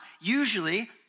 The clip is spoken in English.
usually